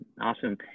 Awesome